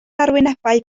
arwynebau